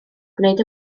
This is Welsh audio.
gwneud